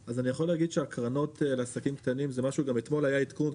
הקרנות לעסקים קטנים ואתמול היה עדכון,